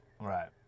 Right